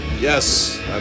Yes